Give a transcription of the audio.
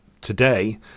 today